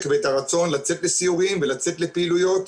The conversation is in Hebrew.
ואת הרצון לצאת לסיורים ולצאת לפעילויות.